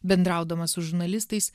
bendraudamas su žurnalistais